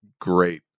great